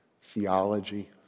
theology